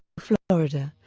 florida,